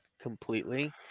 completely